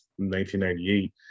1998